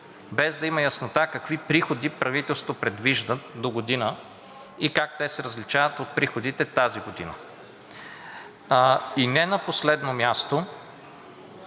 без да има яснота какви приходи предвижда правителството догодина и как те се различават от приходите тази година. Не на последно място,